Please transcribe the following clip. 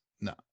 No